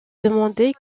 demandée